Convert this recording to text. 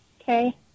Okay